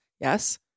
yes